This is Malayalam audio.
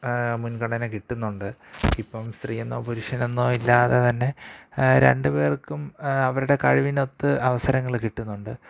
മുന്ഗണന കിട്ടുന്നുണ്ട് ഇപ്പോള് സ്ത്രീയെന്നോ പുരുഷനെന്നോ ഇല്ലാതെ തന്നെ രണ്ടു പേര്ക്കും അവരുടെ കഴിവിനൊത്ത് അവസരങ്ങള് കിട്ടുന്നുണ്ട്